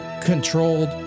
controlled